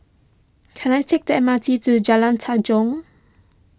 can I take the M R T to Jalan Tanjong